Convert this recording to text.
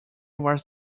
was